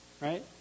Right